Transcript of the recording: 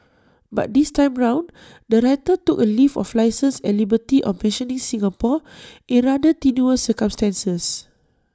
but this time round the writer took A leave of licence and liberty of mentioning Singapore in rather tenuous circumstances